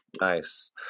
Nice